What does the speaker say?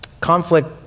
conflict